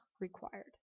required